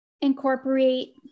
incorporate